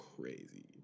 crazy